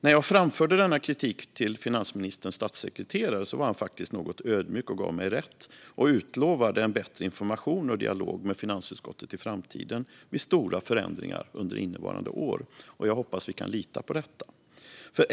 När jag framförde denna kritik till finansministerns statssekreterare var han var faktiskt något ödmjuk och gav mig rätt och utlovade en bättre information och dialog med finansutskottet i framtiden vid stora förändringar under innevarande år. Jag hoppas att vi kan lita på detta.